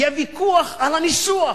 ויהיה זאב, ויהיה ויכוח על הניסוח,